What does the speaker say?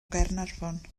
gaernarfon